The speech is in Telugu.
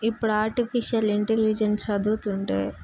ఇప్పుడు ఆర్టిఫిషియల్ ఇంటెలిజెన్సు చదువుతుంటే